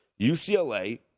UCLA